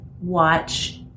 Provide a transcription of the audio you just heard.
watch